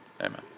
Amen